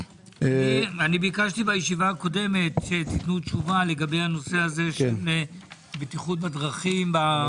ביקשתי בישיבה הקודמת שתיתנו תשובה לגבי בטיחות בדרכים.